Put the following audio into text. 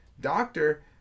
doctor